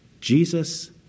Jesus